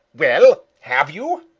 well, have you?